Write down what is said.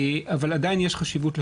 אבל עדיין יש חשיבות לחובה.